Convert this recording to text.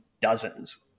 dozens